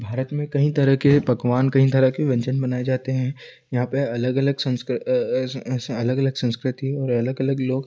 भारत में कई तरह के पकवान कई तरह के व्यंजन बनाए जाते हैं यहाँ पर अलग अलग संस्कृत अलग अलग संस्कृति और अलग अलग लोग